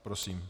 Prosím.